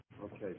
Okay